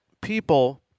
people